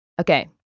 Okay